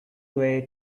way